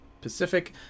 Pacific